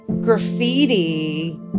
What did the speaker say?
graffiti